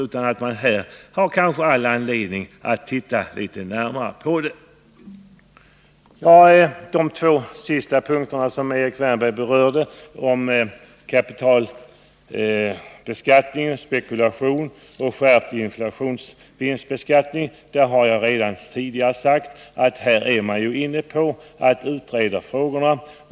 Beträffande de två sista punkterna som Erik Wärnberg berörde om kapitalbeskattning, spekulation och skärpt inflationsvinstbeskattning, har jag redan tidigare sagt att man håller på att utreda dessa frågor.